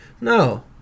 no